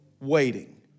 waiting